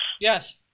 yes